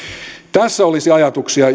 tässä olisi ajatuksia